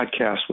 podcast